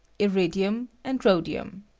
iridium and rhodium.